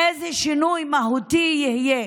איזה שינוי מהותי יהיה?